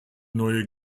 neue